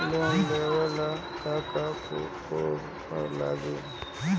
Loan लेबे ला का का पुरुफ लागि?